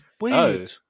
weird